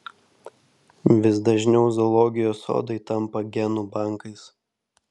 vis dažniau zoologijos sodai tampa genų bankais